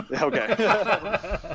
Okay